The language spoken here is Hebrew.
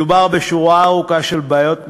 מדובר בשורה ארוכה של בעיות מבניות,